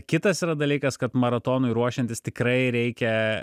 kitas yra dalykas kad maratonui ruošiantis tikrai reikia